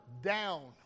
down